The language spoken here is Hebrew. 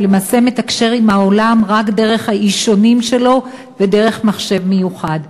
ולמעשה מתקשר עם העולם רק דרך האישונים שלו ודרך מחשב מיוחד.